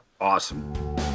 awesome